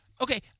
Okay